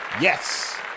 Yes